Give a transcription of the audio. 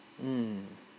mm